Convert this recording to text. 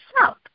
south